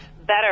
better